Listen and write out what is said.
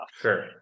sure